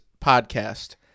podcast